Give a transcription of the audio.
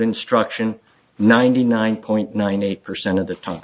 instruction ninety nine point nine eight percent of the time